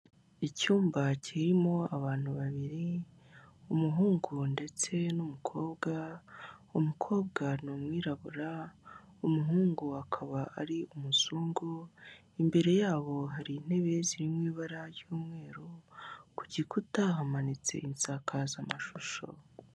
Icyumba kirimo abantu babiri umuhungu ndetse n'umukobwa, umukobwa ni umwirabura umuhungu akaba ari umuzungu, imbere yabo hari intebe ziri mu ibara ry'umweru, ku gikuta hamanitse isakazamashusho.